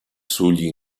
sugli